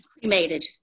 cremated